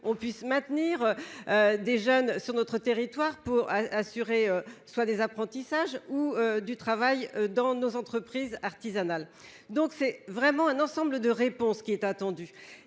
on puisse maintenir. Des jeunes sur notre territoire pour assurer soit des apprentissages ou du travail dans nos entreprises artisanales. Donc c'est vraiment un ensemble de réponse qui est attendue